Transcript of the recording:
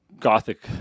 Gothic